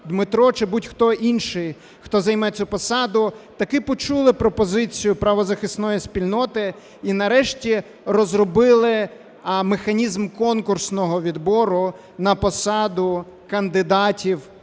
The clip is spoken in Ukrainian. Дмитро чи будь-хто інший, хто займе цю посаду, таки почули пропозицію правозахисної спільноти і нарешті розробили механізм конкурсного відбору на посаду кандидатів